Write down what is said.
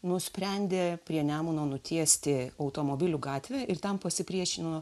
nusprendė prie nemuno nutiesti automobilių gatvę ir tam pasipriešino